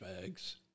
bags